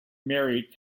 married